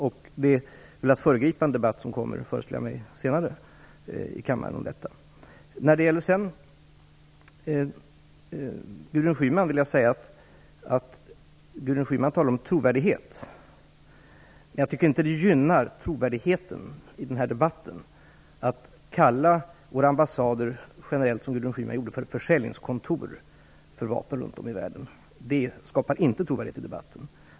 I annat fall skulle vi föregripa den debatt i kammaren som jag föreställer mig skall äga rum senare. Gudrun Schyman talar om trovärdighet. Jag tycker inte att det gynnar trovärdigheten i denna debatt att, som Gudrun Schyman gjorde, generellt kalla våra ambassader för försäljningskontor för vapen runt om i världen. Det skapar inte trovärdighet i debatten.